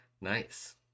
Nice